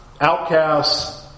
outcasts